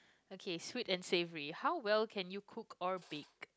okay sweet and savoury how well can you cook or bake